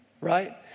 right